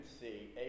see